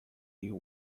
your